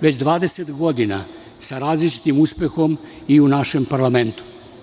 već 20 godina sa različitim uspehom i u našem parlamentu.